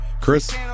Chris